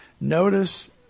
notice